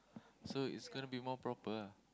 so it's gonna be more proper